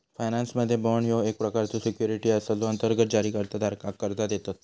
फायनान्समध्ये, बाँड ह्यो एक प्रकारचो सिक्युरिटी असा जो अंतर्गत जारीकर्ता धारकाक कर्जा देतत